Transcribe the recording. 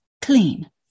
clean